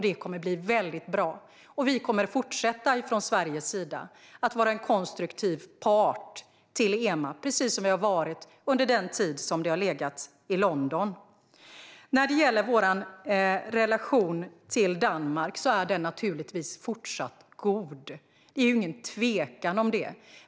Det kommer att bli väldigt bra, och vi kommer från Sveriges sida att fortsätta att vara en konstruktiv part i EMA, precis som vi har varit under den tid då myndigheten har legat i London. När det gäller vår relation till Danmark är den naturligtvis fortsatt god; det är ingen tvekan om det.